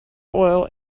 oil